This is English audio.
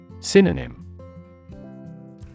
Synonym